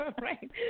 Right